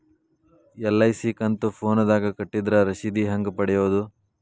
LIC ಕಂತು ಫೋನದಾಗ ಕಟ್ಟಿದ್ರ ರಶೇದಿ ಹೆಂಗ್ ಪಡೆಯೋದು?